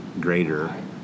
greater